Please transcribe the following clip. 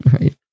Right